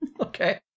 Okay